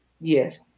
Yes